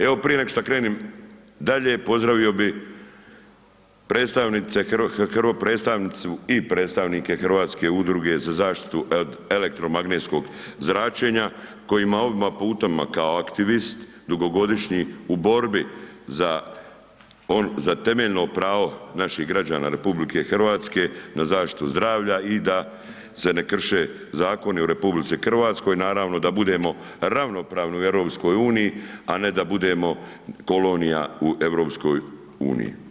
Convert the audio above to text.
Evo prije neg šta krenem dalje, pozdravio bi predstavnice, prvo predstavnicu i predstavnike Hrvatske udruge za zaštitu od elektromagnetskog zračenja kojima ovim putem kao aktivist dugogodišnji u borbi za temeljno pravo naših građana RH na zaštitu zdravlja i da se ne krše zakoni u RH, naravno da budemo ravnopravni u EU, a ne da budemo kolonija u EU.